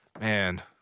man